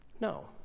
No